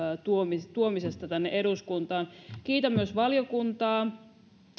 tuomisesta tuomisesta tänne eduskuntaan kiitän myös valiokuntaa